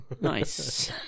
Nice